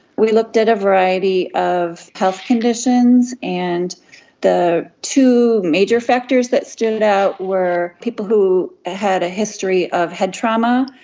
we looked at a variety of health conditions and the two major factors that stood out were people who had a history of head trauma,